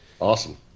awesome